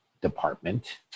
department